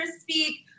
speak